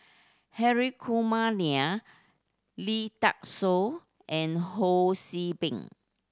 Hri Kumar Nair Lee Dai Soh and Ho See Beng